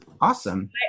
awesome